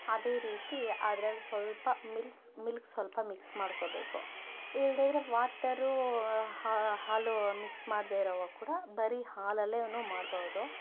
ಅದೇ ರೀತಿ ಅದ್ರಲ್ಲಿ ಸ್ವಲ್ಪ ಮಿಲ್ಕ್ಸ್ ಮಿಲ್ಕ್ ಸ್ವಲ್ಪ ಮಿಕ್ಸ್ ಮಾಡಿಕೋಬೇಕು ಇಲ್ಲದೆ ಇದ್ದರೆ ವಾಟರು ಹಾಲು ಮಿಕ್ಸ್ ಮಾಡದೆ ಇರೋವು ಕೂಡ ಬರೀ ಹಾಲಲ್ಲೆನು ಮಾಡ್ಬೌದು